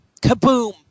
kaboom